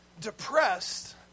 depressed